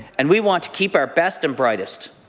and we want to keep our best and brightest.